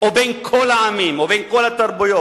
או בין כל העמים או בין כל התרבויות.